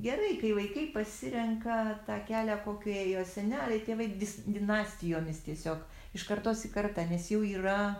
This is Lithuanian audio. gerai kai vaikai pasirenka tą kelią kokiu ėjo seneliai tėvai vis dinastijomis tiesiog iš kartos į kartą nes jau yra